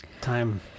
Time